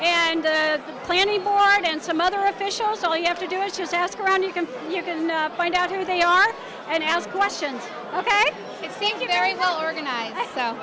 and play any board and some other officials tell you have to do is just ask around you can you can find out who they are and ask questions